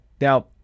Now